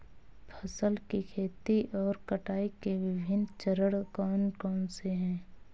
फसल की खेती और कटाई के विभिन्न चरण कौन कौनसे हैं?